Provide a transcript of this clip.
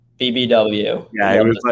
BBW